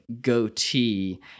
goatee